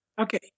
Okay